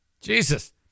Jesus